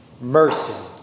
Mercy